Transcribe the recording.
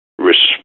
respect